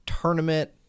tournament